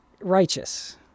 righteous